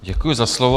Děkuji za slovo.